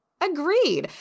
Agreed